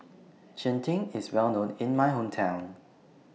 Cheng Tng IS Well known in My Hometown